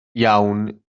iawn